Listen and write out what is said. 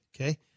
Okay